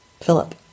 Philip